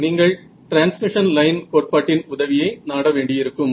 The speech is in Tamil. நீங்கள் டிரான்ஸ்மிஷன் லைன் கோட்பாட்டின் உதவியை நாட வேண்டியிருக்கும்